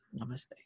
Namaste